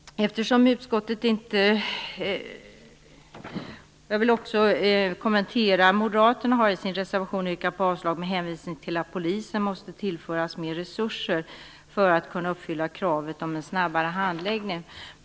Jag vill också kommentera de moderata reservanternas avslagsyrkande med hänvisning till att polisen måste tillföras mer resurser för att kunna uppfylla kravet på en snabbare handläggning.